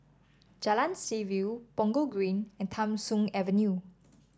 Jalan Seaview Punggol Green and Tham Soong Avenue